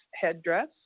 headdress